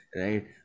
right